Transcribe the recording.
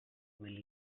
will